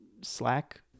Slack